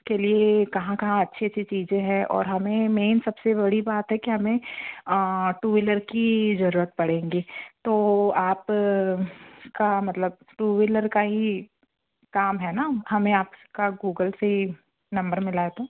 के लिए कहाँ कहाँ अच्छी अच्छी चीज़ें हैं और हमें मेन सबसे बड़ी बात है कि हमें टू व्हीलर की ज़रूरत पड़ेगी तो आप का मतलब टू व्हीलर का ही काम है ना हमें आपका गूगल से नम्बर मिला है तो